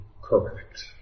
correct